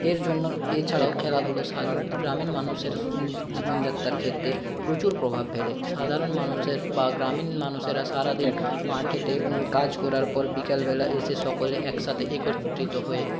এর জন্য এছাড়াও খেলাধুলো গ্রামীণ মানুষের জীবনযাত্রার ক্ষেত্রে প্রচুর প্রভাব ফেলে সাধারণ মানুষের বা গ্রামীণ মানুষেরা সারাদিন মাঠেতে কাজ করার পর বিকেলবেলা এসে সকলে একসাথে একত্রিত হয়ে